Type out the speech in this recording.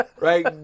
right